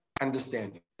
understanding